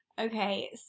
Okay